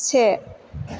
से